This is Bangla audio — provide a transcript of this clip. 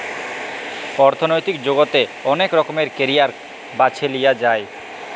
অথ্থলৈতিক জগতে অলেক রকমের ক্যারিয়ার বাছে লিঁয়া যায়